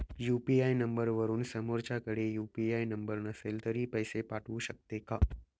UPI नंबरवरून समोरच्याकडे UPI number नसेल तरी पैसे पाठवू शकते का?